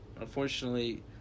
Unfortunately